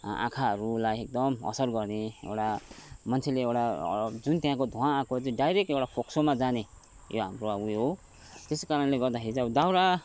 आँखाहरूलाई एकदम असर गर्ने एउटा मान्छेले एउटा जुन त्यहाँको धुँवा आएको चाहिँ डाइरेक्ट एउटा फोक्सोमा जाने यो हाम्रो अब उयो हो त्यसै कारणले गर्दाखेरि चाहिँ अब दाउरा